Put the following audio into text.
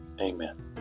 Amen